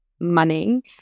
money